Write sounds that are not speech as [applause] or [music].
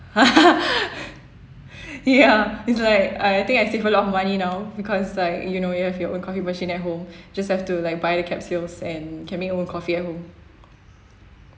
[laughs] ya it's like I think I save a lot of money now because it's like you know you have your own coffee machine at home just have to like buy the capsules and can make your own coffee at home